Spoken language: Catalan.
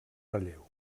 relleu